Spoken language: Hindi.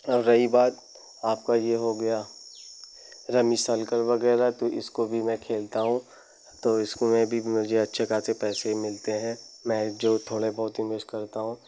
और रही बात आपका यह हो गया रमी सलकल वगैरह तो इसको भी मैं खेलता हूँ तो इसको मैं भी मुझे अच्छे खासे पैसे मिलते हैं मैं जो थोड़े बहुत इन्वेस करता हूँ